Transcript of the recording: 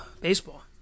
Baseball